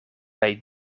bij